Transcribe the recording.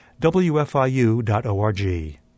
wfiu.org